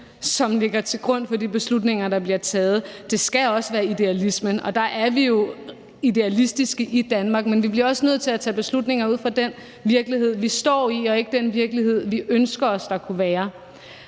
som ligger til grund for de beslutninger, der bliver taget; det skal også være idealismen. Og vi er jo idealistiske i Danmark, men vi bliver også nødt til at tage beslutninger ud fra den virkelighed, vi står i, og ikke den virkelighed, vi ønsker os der kunne være.